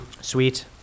sweet